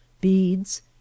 beads